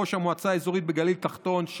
ראש המועצה האזורית בגליל התחתון,